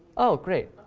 oh, great.